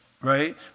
right